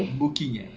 booking eh